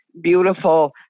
beautiful